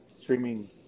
streaming